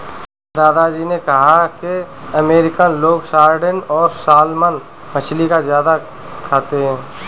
दादा जी ने कहा कि अमेरिकन लोग सार्डिन और सालमन मछली ज्यादा खाते हैं